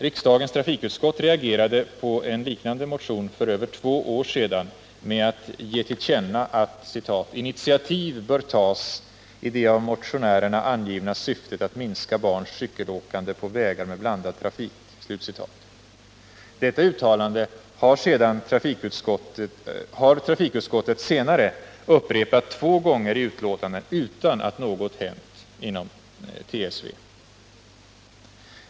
Riksdagens trafikutskott reagerade på en liknande motion för över två år sedan med att ”ge till känna” att ”initiativ bör tas i det av motionärerna angivna syftet att minska barns cykelåkande på vägar med blandad trafik”. Detta uttalande har trafikutskottet senare upprepat två gånger i betänkanden utan att något hänt inom TSV.